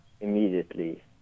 immediately